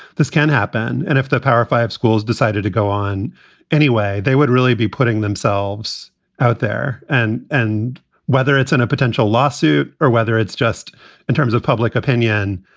this can happen. and if the power of five schools decided to go on anyway, they would really be putting themselves out there. and and whether it's in a potential lawsuit or whether it's just in terms of public opinion,